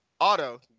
auto